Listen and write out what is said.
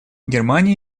германия